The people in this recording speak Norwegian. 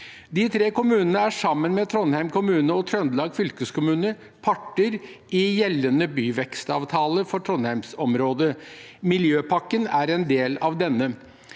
De tre kommunene er, sammen med Trondheim kommune og Trøndelag fylkeskommune, parter i gjeldende byvekstavtale for Trondheimsområdet. Miljøpakken er en del av denne.